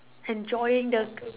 enjoying the